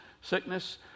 sickness